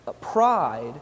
pride